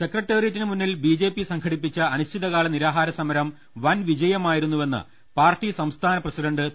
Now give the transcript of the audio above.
സെക്ര ട്ട റി യേ റ്റി നു മു ന്നിൽ ബിജെപി സംഘടിപ്പിച്ച അനിശ്ചിതകാല നിരാഹാര സമരം വൻ വിജയമായിരുന്നുവെന്ന് പാർട്ടി സംസ്ഥാന പ്രസിഡന്റ് പി